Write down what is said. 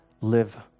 live